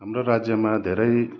हाम्रो राज्यमा धेरै